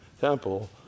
temple